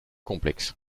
complexes